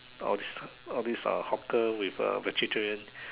all these all these uh hawker with uh vegetarian